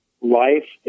life